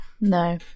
no